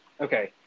Okay